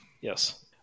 yes